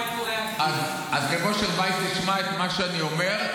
הוא היה --- אז רב אשר וייס ישמע את מה שאני אומר,